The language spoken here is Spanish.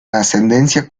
ascendencia